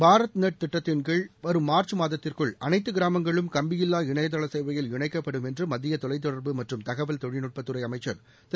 Bharat net திட்டத்தின்கீழ் வரும் March மாதத்திற்குள் அனைத்துக் கிராமங்களும் கம்பியில்லா இணையதள சேவையில் இணைக்கப்படும் என்று மத்திய தொலைத்தொடர்பு மற்றும் தகவல் தொழில்நுட்பத் துறை அமைச்சர் திரு